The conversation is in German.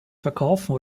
verkaufen